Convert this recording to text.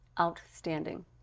Outstanding